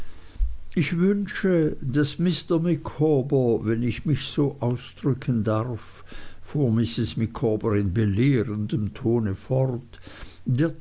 ich wünsche daß mr micawber wenn ich mich so ausdrücken darf fuhr mrs micawber in belehrendem tone fort